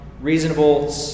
reasonable